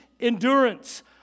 endurance